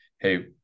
hey